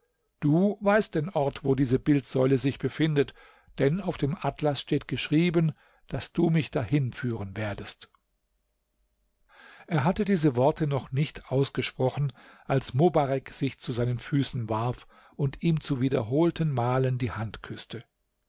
du weißt den ort wo diese bildsäule sich befindet denn auf dem atlas steht geschrieben daß du mich dahin führen werdest er hatte diese worte noch nicht ausgesprochen als mobarek sich zu seinen füßen warf und ihm zu wiederholten malen die hand küßte